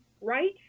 right